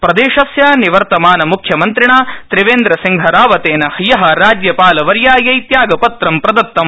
प्रदेशस्य निवर्तमान म्ख्यमन्त्रिणा त्रिवेन्द्रसिंह रावतेन हय राज्यपालवर्यायै त्यागपत्रं दत्तम्